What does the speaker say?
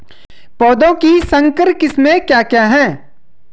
पौधों की संकर किस्में क्या क्या हैं?